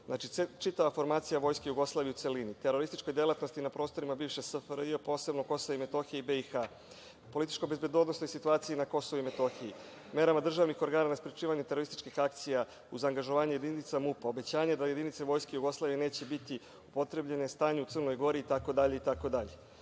čitava formacija Vojske Jugoslavije u celini, terorističke delatnosti na prostorima bivše SFRJ, posebno KiM i BiH, političko-bezbednosna situacija na KiM, mere državnih organa na sprečavanju terorističkih akcija uz angažovanje jedinica MUP-a, obećanje da jedinice Vojske Jugoslavije neće biti upotrebljene, stanje u Crnoj Gori itd,